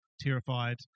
terrified